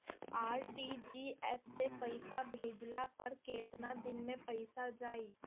RTGS से पईसा भेजला पर केतना दिन मे पईसा जाई?